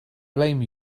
blame